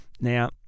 Now